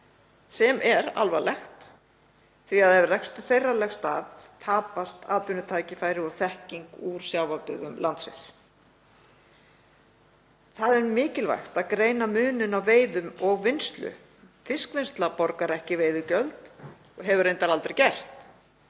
sem er alvarlegt því að ef rekstur þeirra leggst af tapast atvinnutækifæri og þekking úr sjávarbyggðum landsins. Það er mikilvægt að greina muninn á veiðum og vinnslu. Fiskvinnsla borgar ekki veiðigjöld og hefur reyndar aldrei gert